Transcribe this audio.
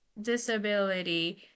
disability